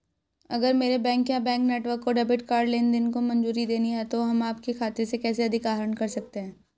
अगर मेरे बैंक या बैंक नेटवर्क को डेबिट कार्ड लेनदेन को मंजूरी देनी है तो हम आपके खाते से कैसे अधिक आहरण कर सकते हैं?